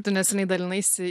tu neseniai dalinaisi